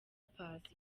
paccy